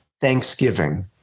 Thanksgiving